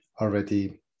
already